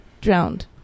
drowned